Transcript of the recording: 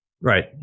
Right